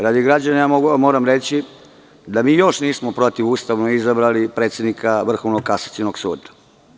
Radi građana moram reći da mi još nismo protivustavno izabrali predsednika Vrhovnog kasacionog suda.